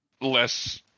less